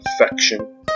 infection